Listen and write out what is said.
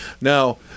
Now